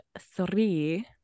three